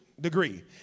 Degree